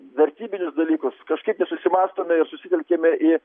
vertybinius dalykus kažkaip nesusimąstome ir susitelkiame į